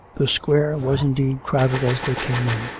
the square was indeed crowded as they came in.